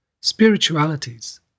spiritualities